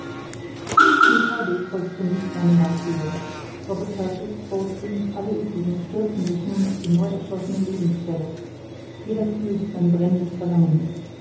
herbey folgt zunächst meinem beispiele robert kurtis falsten alle uebrigen stürzen sich nun auf die neuerschlossene lebensquelle jeder kühlt sein brennendes verlangen